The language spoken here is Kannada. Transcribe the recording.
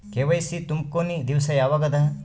ಕೆ.ವೈ.ಸಿ ತುಂಬೊ ಕೊನಿ ದಿವಸ ಯಾವಗದ?